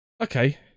okay